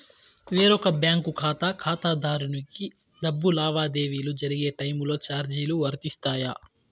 వేరొక బ్యాంకు ఖాతా ఖాతాదారునికి డబ్బు లావాదేవీలు జరిగే టైములో చార్జీలు వర్తిస్తాయా?